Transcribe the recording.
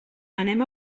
anem